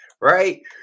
right